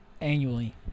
annually